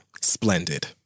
Splendid